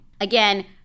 Again